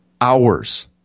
hours